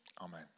Amen